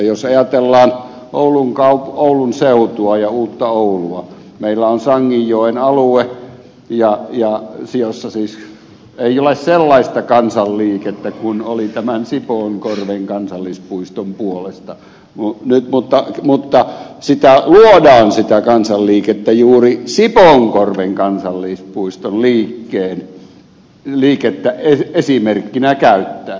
jos ajatellaan oulun seutua ja uutta oulua meillä on sanginjoen alue jossa siis ei ole sellaista kansanliikettä kuin oli tämän sipoonkorven kansallispuiston puolesta mutta sitä kansanliikettä luodaan juuri sipoonkorven kansallispuiston liikettä esimerkkinä käyttäen